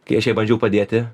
kai aš jai bandžiau padėti